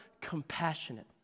compassionate